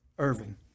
Irving